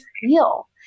feel